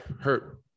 hurt